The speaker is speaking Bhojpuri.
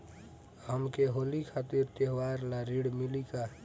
हमके होली खातिर त्योहार ला ऋण मिली का?